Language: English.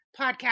podcast